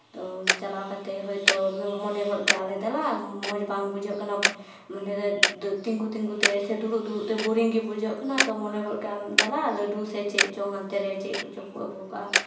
ᱛᱚ ᱪᱟᱞᱟᱣ ᱠᱟᱛᱮ ᱦᱳᱭᱛᱳ ᱢᱚᱱᱮ ᱜᱚᱫ ᱠᱮᱜᱼᱟ ᱞᱮ ᱫᱮᱞᱟ ᱢᱚᱡᱽ ᱵᱟᱝ ᱵᱩᱡᱷᱟᱹᱜ ᱠᱟᱱᱟ ᱢᱚᱱᱮ ᱨᱮ ᱛᱤᱸᱜᱩ ᱛᱤᱸᱜᱩ ᱛᱮ ᱥᱮ ᱫᱩᱲᱩᱵ ᱫᱩᱲᱩᱵ ᱛᱮ ᱵᱳᱨᱤᱝ ᱜᱮ ᱵᱩᱡᱷᱟᱹᱜ ᱠᱟᱱᱟ ᱛᱚ ᱢᱚᱱᱮ ᱜᱚᱫ ᱠᱮᱜᱼᱟ ᱟᱢ ᱫᱮᱞᱟ ᱞᱟᱹᱰᱩ ᱥᱮ ᱪᱮᱫ ᱪᱚᱝ ᱦᱟᱱᱛᱮ ᱨᱮ ᱪᱮᱫ ᱠᱚᱪᱚ ᱠᱚ ᱟᱹᱜᱩᱣ ᱠᱟᱜᱼᱟ